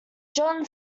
john